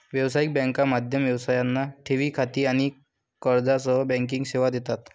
व्यावसायिक बँका मध्यम व्यवसायांना ठेवी खाती आणि कर्जासह बँकिंग सेवा देतात